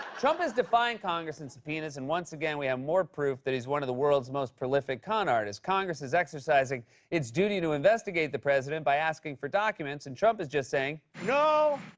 trump is defying congress and subpoenas, and, once again, we have more proof that he's one of the world's most prolific con artists. congress is exercising its duty to investigate the president by asking for documents, and trump is just saying. no!